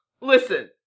listen